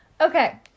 okay